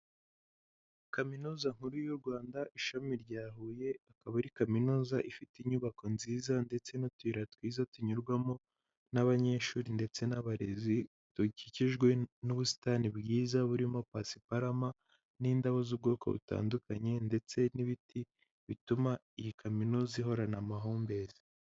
Kaminuza nkuru y'u Rwanda ishami rya Huye akaba ari kaminuza ifite inyubako nziza ndetse n'utuyira twiza tunyurwamo n'abanyeshuri ndetse n'abarezi, dukikijwe n'ubusitani bwiza burimo pasiparama n'indabo z'ubwoko butandukanye, ndetse n'ibiti bituma iyi kaminuza ihorana amahumbezi.